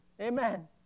Amen